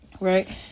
Right